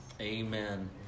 Amen